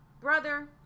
brother